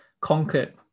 conquered